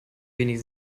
wenig